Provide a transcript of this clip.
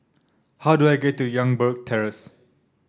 how do I get to Youngberg Terrace